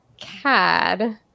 CAD